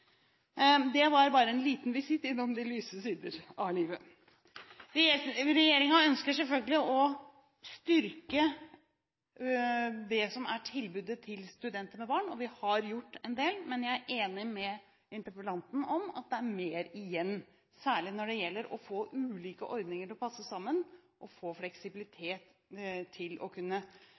var bare en liten visitt innom de lyse sider av livet! Regjeringen ønsker selvfølgelig å styrke det som er tilbudet til studenter med barn. Vi har gjort en del, men jeg er enig med interpellanten i at det er mer igjen, særlig når det gjelder å få ulike ordninger til å passe sammen og få fleksibilitet til å kunne